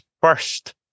first